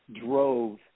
drove